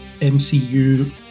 MCU